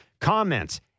comments